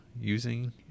using